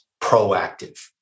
proactive